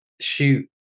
shoot